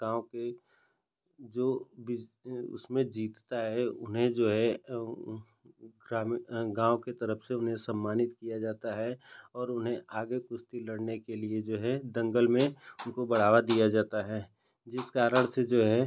गाँव के जो बिज़ उसमें जीतता है उन्हें जो है ग्रामीण गाँव की तरफ से उन्हें सम्मानित किया जाता है और उन्हें आगे कुश्ती लड़ने के लिए जो है दंगल में उनको बढ़ावा दिया जाता है जिस कारण से जो है